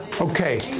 Okay